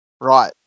right